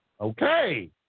okay